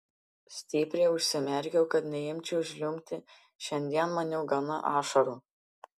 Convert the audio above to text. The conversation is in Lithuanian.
stipriai užsimerkiau kad neimčiau žliumbti šiandien man jau gana ašarų